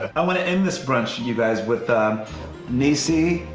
i want to end this brunch, and you guys, with ah niecy,